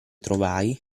trovai